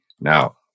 Now